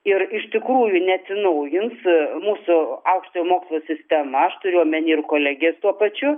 ir iš tikrųjų neatsinaujins mūsų aukštojo mokslo sistema aš turiu omeny ir kolegijas tuo pačiu